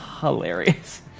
Hilarious